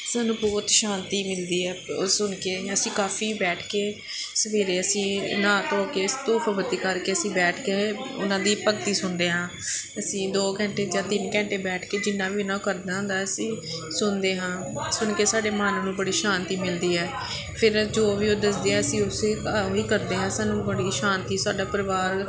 ਸਾਨੂੰ ਬਹੁਤ ਸ਼ਾਂਤੀ ਮਿਲਦੀ ਹੈ ਉਹ ਸੁਣ ਕੇ ਅਸੀਂ ਕਾਫ਼ੀ ਬੈਠ ਕੇ ਸਵੇਰੇ ਅਸੀਂ ਨਹਾ ਧੋ ਕੇ ਅਸੀਂ ਧੂਫ ਬੱਤੀ ਕਰਕੇ ਅਸੀਂ ਬੈਠ ਕੇ ਉਹਨਾਂ ਦੀ ਭਗਤੀ ਸੁਣਦੇ ਹਾਂ ਅਸੀਂ ਦੋ ਘੰਟੇ ਜਾਂ ਤਿੰਨ ਘੰਟੇ ਬੈਠ ਕੇ ਜਿੰਨਾ ਵੀ ਉਹਨਾਂ ਕਰਨਾ ਹੁੰਦਾ ਅਸੀਂ ਸੁਣਦੇ ਹਾਂ ਸੁਣ ਕੇ ਸਾਡੇ ਮਨ ਨੂੰ ਬੜੀ ਸ਼ਾਂਤੀ ਮਿਲਦੀ ਹੈ ਫਿਰ ਜੋ ਵੀ ਉਹ ਦੱਸਦੇ ਆ ਅਸੀਂ ਉਸ ਅਸੀਂ ਉਹ ਹੀ ਕਰਦੇ ਹਾਂ ਸਾਨੂੰ ਬੜੀ ਸ਼ਾਂਤੀ ਸਾਡਾ ਪਰਿਵਾਰ